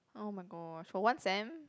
oh my gosh for one sem